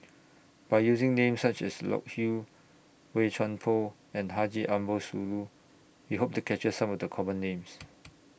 By using Names such as Loke Hew Boey Chuan Poh and Haji Ambo Sooloh We Hope to capture Some of The Common Names